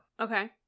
Okay